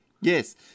Yes